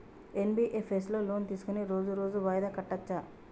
NBFS లో loan తీస్కొని రోజు రోజు వాయిదా కట్టచ్ఛా?